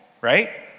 right